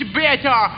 better